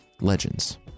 legends